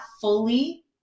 fully